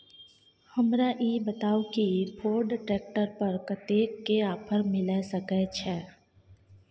हमरा ई बताउ कि फोर्ड ट्रैक्टर पर कतेक के ऑफर मिलय सके छै?